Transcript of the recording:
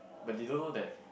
but they don't know that